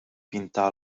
pintar